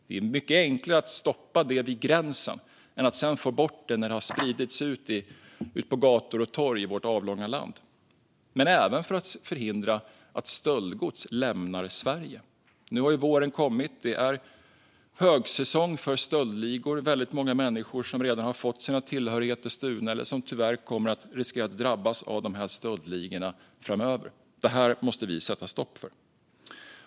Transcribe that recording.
Det är mycket enklare att stoppa det vid gränsen än att sedan få bort det när det har spridits ut på gator och torg i vårt avlånga land. Men det handlar även om att förhindra att stöldgods lämnar Sverige. Nu har våren kommit. Det är högsäsong för stöldligor. Väldigt många människor har redan fått sina tillhörigheter stulna eller kommer tyvärr att riskera att drabbas av dessa stöldligor framöver. Det här måste vi sätta stopp för.